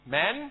men